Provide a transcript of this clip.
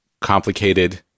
complicated